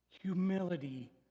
Humility